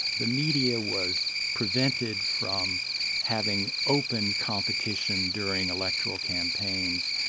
the media was prevented from having open competition during electoral campaigns,